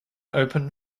open